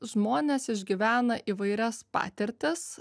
žmonės išgyvena įvairias patirtis